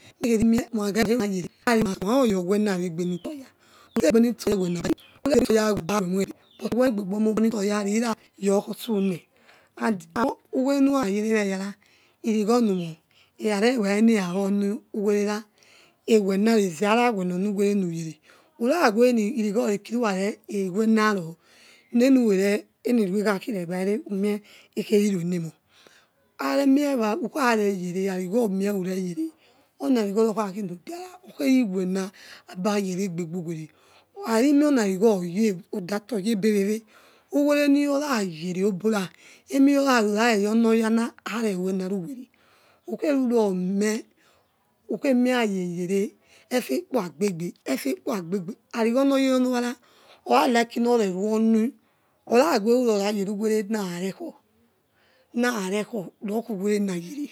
Hagerimie managiamine oryaowni wegbe whore nursyers era righome more exhamestere nens vornuwerers eweneri ezars wenonuvere mugene roweniregereking urare ewena nor nenukhere enirigho ekhake regbane umie ekheriruenémore he remie whokhareyepe avigher omie uregere omiarighe ra okhanoder okherwena onuwere arimie oniar gho ayodato o yoboweare dvere nirons yere nobora emirortry rarare yor onioyang reavens riuwere utaheruro me uskrenicayaegne fekpoagbebe ete lapo agbebe arigor norgorniouara oralike nor rentoni orowe kinong yeromewere na rekho roku were na yere.